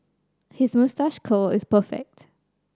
his moustache curl is perfect